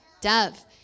dove